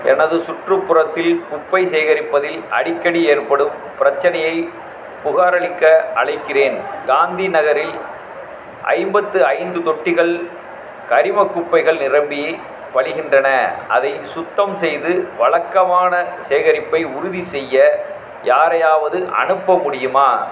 எனது சுற்றுப்புறத்தில் குப்பை சேகரிப்பதில் அடிக்கடி ஏற்படும் பிரச்சனையைப் புகாரளிக்க அழைக்கிறேன் காந்தி நகரில் ஐம்பத்து ஐந்து தொட்டிகள் கரிம குப்பைகள் நிரம்பி வழிகின்றன அதை சுத்தம் செய்து வழக்கமான சேகரிப்பை உறுதிசெய்ய யாரையாவது அனுப்ப முடியுமா